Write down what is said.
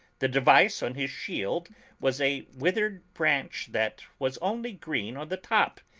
the device on his shield was a withered branch that was only green on the top,